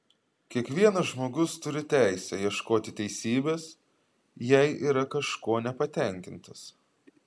kiekvienas žmogus turi teisę ieškoti teisybės jei yra kažkuo nepatenkintas